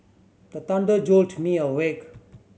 the thunder jolt me awake